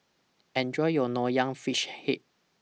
Enjoy your Nonya Fish Head